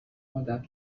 عادت